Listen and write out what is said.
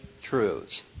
truths